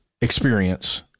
experience